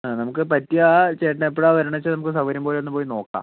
ആ നമുക്ക് പറ്റിയാൽ ആ ചേട്ടൻ എപ്പഴാണ് വരണതെന്ന് വെച്ചാൽ നമുക്ക് സൗകര്യം പോലെ ഒന്ന് പോയി നോക്കാം